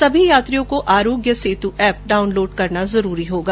सभी यात्रियों को आरोग्य सेतु ऐप डाउनलोड करना जरूरी होगा